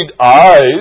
eyes